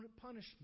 punishment